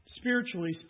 spiritually